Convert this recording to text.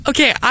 Okay